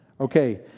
Okay